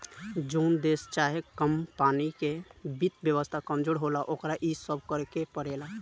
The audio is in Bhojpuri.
जोन देश चाहे कमपनी के वित्त व्यवस्था कमजोर होला, ओकरा इ सब करेके पड़ेला